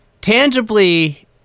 tangibly